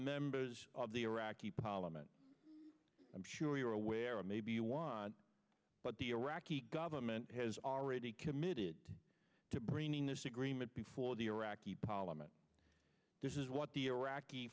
members of the iraqi parliament i'm sure you're aware or maybe you want but the iraqi government has already committed to bringing this agreement before the iraqi parliament this is what the iraqi